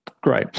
Great